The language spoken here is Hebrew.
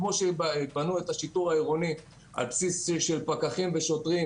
אזי כמו שבנו את השיטור העירוני על בסיס של פקחים ושוטרים,